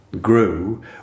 grew